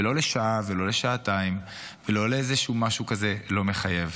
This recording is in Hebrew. ולא לשעה ולא לשעתיים ולא לאיזשהו משהו כזה לא מחייב,